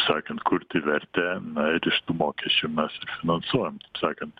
sakant kurti vertę na ir iš tų mokesčių mes ir finansuojam sakant